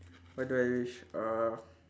what do I wish uh